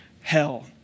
hell